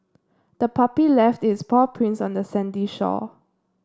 the puppy left its paw prints on the sandy shore